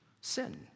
sin